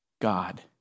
God